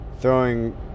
throwing